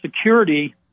security